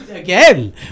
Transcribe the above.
Again